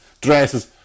dresses